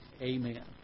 Amen